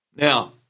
Now